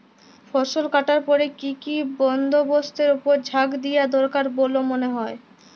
ফসলকাটার পরে কি কি বন্দবস্তের উপর জাঁক দিয়া দরকার বল্যে মনে হয়?